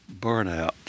burnout